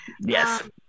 Yes